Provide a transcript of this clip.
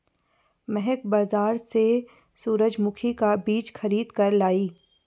महक बाजार से सूरजमुखी का बीज खरीद कर लाई